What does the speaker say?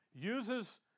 uses